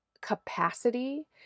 capacity